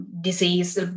disease